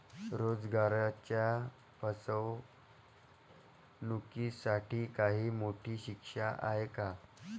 रोजगाराच्या फसवणुकीसाठी काही मोठी शिक्षा आहे का?